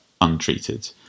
untreated